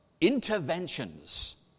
interventions